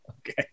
Okay